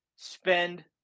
Spend